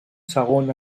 segon